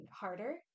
harder